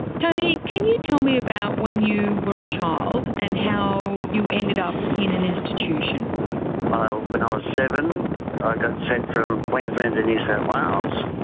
tony, can you tell me about when you were a child and how you ended up in an institution? when i was seven i got sent from queensland and new south wales,